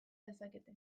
dezakete